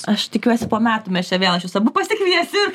aš tikiuosi po metų mes čia vėl aš jus abu pasikviesiu ir